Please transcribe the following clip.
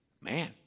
man